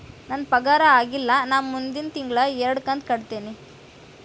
ನನ್ನ ಪಗಾರ ಆಗಿಲ್ಲ ನಾ ಮುಂದಿನ ತಿಂಗಳ ಎರಡು ಕಂತ್ ಕಟ್ಟತೇನಿ